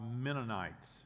Mennonites